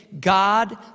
God